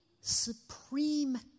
supreme